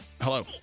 Hello